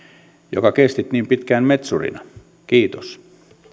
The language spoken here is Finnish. joka kesti niin pitkään metsurina kiitos